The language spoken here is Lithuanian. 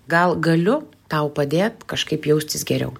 gal galiu tau padėt kažkaip jaustis geriau